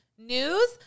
News